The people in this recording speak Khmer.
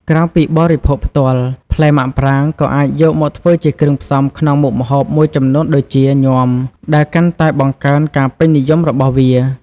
ក្រៅពីបរិភោគផ្ទាល់ ផ្លែមាក់ប្រាងក៏អាចយកមកធ្វើជាគ្រឿងផ្សំក្នុងមុខម្ហូបមួយចំនួនដូចជាញាំ ដែលកាន់តែបង្កើនការពេញនិយមរបស់វា។